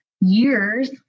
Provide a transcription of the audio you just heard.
years